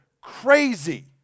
crazy